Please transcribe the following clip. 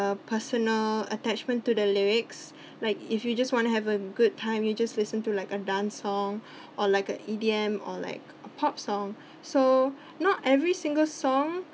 uh personal attachment to the lyrics like if you just want to have a good time you just listen to like a dance song or like a E_D_M or like a pop song so not every single song